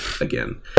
again